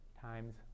times